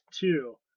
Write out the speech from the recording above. two